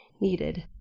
needed